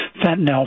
fentanyl